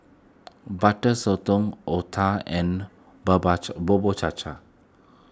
Butter Sotong Otah and Bubur Cha Cha